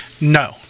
No